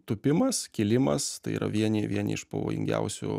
tūpimas kilimas tai yra vieni vieni iš pavojingiausių